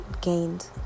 gained